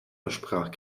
versprach